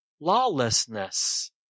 lawlessness